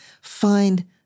find